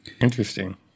interesting